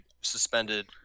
suspended